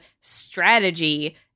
strategy